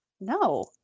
No